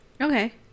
okay